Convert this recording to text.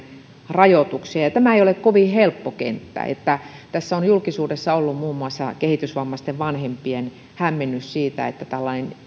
rajoituksia tämä ei ole kovin helppo kenttä tässä on julkisuudessa ollut muun muassa kehitysvammaisten vanhempien hämmennys siitä että oli tällainen